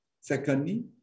Secondly